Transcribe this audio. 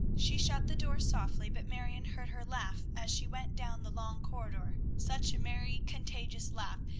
she shut the door softly, but marion heard her laugh as she went down the long corridor, such a merry, contagious laugh,